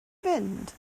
fynd